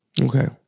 Okay